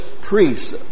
priests